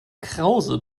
krause